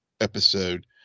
episode